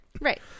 Right